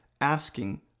asking